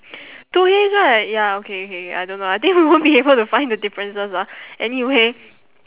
two hays right ya okay okay I don't know I think I won't be able to find the differences ah anyway